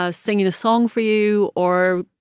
ah singing a song for you or,